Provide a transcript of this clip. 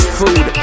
food